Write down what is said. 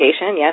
Yes